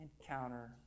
Encounter